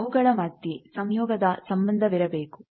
ಅವುಗಳ ಮಧ್ಯೆ ಸಂಯೋಗದ ಸಂಬಂಧವಿರಬೇಕು